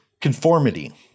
conformity